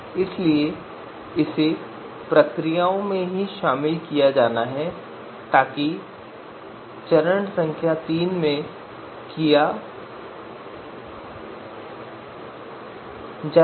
इसलिए इसे प्रक्रियाओं में ही शामिल किया जाना है ताकि चरण संख्या 3 में किया जा सके